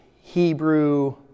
hebrew